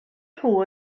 nhw